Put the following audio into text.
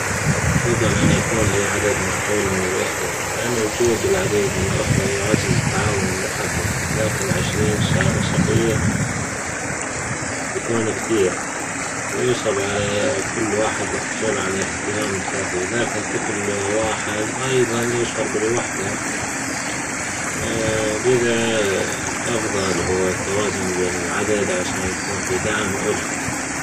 أفضل أن يكون لي عدد معقول من الإخوة لأن وجود العديد من الإخوة يعزز التعاون والمحبة، لكن عشرين شقيق بيكون كتير ويصعب على كل واحد الحصول على الإهتمام الكافي، لكن طفل واحد أيضا يشعر بالوحدة لذا الأفضل هو التوازن بين العدد عشان يكون في دعم وألفة.